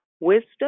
Wisdom